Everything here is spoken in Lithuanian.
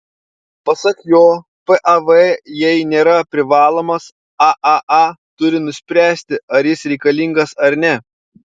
pasak jo pav jai nėra privalomas aaa turi nuspręsti ar jis reikalingas ar ne